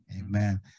Amen